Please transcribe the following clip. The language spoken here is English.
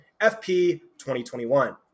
FP2021